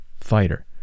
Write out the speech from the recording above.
fighter